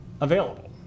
available